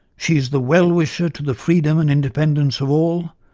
she is the well-wisher to the freedom and independence of all.